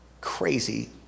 crazy